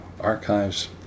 archives